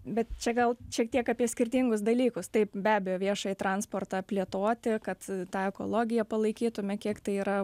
bet čia gal šiek tiek apie skirtingus dalykus taip be abejo viešąjį transportą plėtoti kad tą ekologiją palaikytume kiek tai yra